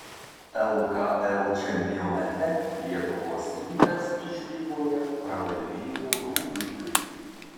lkl čempionate lietuvos rytas išvykoje pralaimėjo rūdupiui